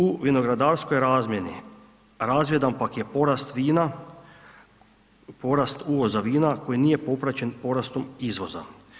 U vinogradarskoj razmjeni razvidan pak je porast vina, porast uvoza vina koji nije popraćen porastom izvoza.